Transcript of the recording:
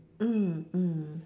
mm mm